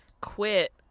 quit